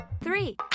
Three